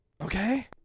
Okay